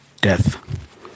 death